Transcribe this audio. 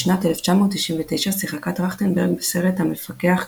בשנת 1999 שיחקה טרכטנברג בסרט "המפקח גאדג'ט".